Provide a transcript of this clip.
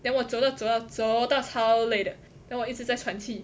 then 我走到走到走到超累的 then 我一直在喘气